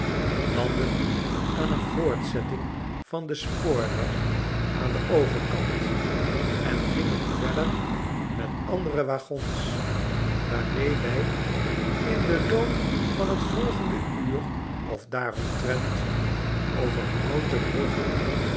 landden aan een voortzetting van den spoorweg aan den overkant en gingen verder met andere waggons waarmee wij in den loop van t volgende uur of daaromtrent over houten bruggen